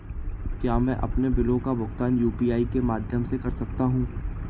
क्या मैं अपने बिलों का भुगतान यू.पी.आई के माध्यम से कर सकता हूँ?